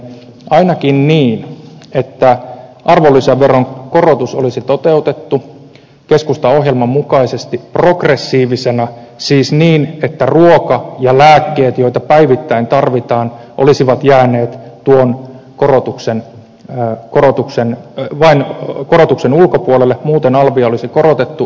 ainakin niin että arvonlisäveron korotus olisi toteutettu keskustan ohjelman mukaisesti progressiivisena siis niin että ruoka ja lääkkeet joita päivittäin tarvitaan olisivat jääneet tuon korotuksen ulkopuolelle muuten alvia olisi korotettu